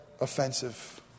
offensive